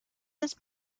his